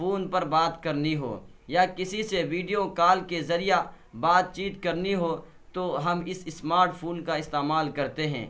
phone پر بات کرنی ہو یا کسی سے ویڈیو کال کے ذریعہ بات چیت کرنی ہو تو ہم اس اسمارٹ فون کا استعمال کرتے ہیں